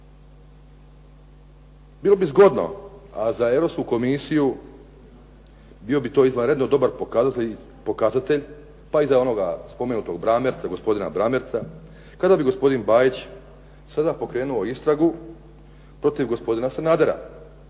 Bilo bi zgodno, a za Europsku komisiju bio bi to izvanredno dobar pokazatelj pa i za onoga spomenutog Bramertza kada bi gospodin Bajić sada pokrenuo istragu protiv gospodina Sanadera